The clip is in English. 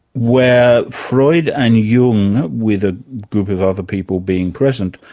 where freud and jung, with a group of other people being present,